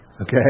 okay